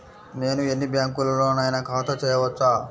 నేను ఎన్ని బ్యాంకులలోనైనా ఖాతా చేయవచ్చా?